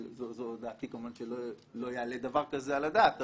זו דעתי כמובן שלא יעלה דבר כזה על הדעת,